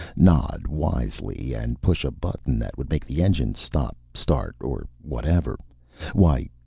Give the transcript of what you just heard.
nod wisely, and push a button that would make the engines stop, start, or whatever why,